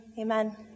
amen